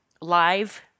live